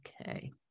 Okay